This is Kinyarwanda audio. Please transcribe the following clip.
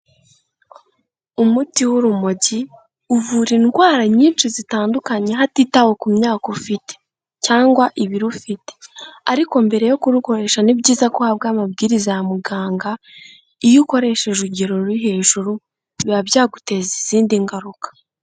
Umuti w'urumogi uvura indwara nyinshi zitandukanye hatitawe ku myaka ufite cyangwa ibiro ufite. Ariko mbere yo kurukoresha ni byiza ko uhabwa amabwiriza ya muganga, iyo ukoresheje urugero ruri hejuru, biba byaguteza izindi ngaruka.